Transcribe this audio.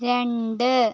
രണ്ട്